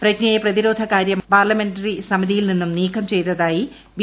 പ്രജ്ഞയെ പ്രതിരോധ കാരൃ പാർലമെന്ററി സമിതിയിൽ നിന്നും നീക്കം ചെയ്തതായി ബി